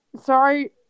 Sorry